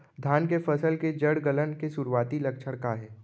धान के फसल के जड़ गलन के शुरुआती लक्षण का हे?